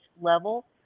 level